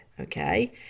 Okay